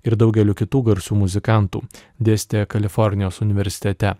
ir daugeliu kitų garsių muzikantų dėstė kalifornijos universitete